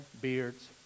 beards